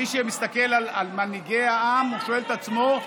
מי שמסתכל על מנהיגי העם שואל את עצמו,